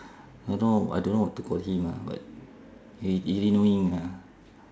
I don't know I don't know what to call him lah but he really annoying ah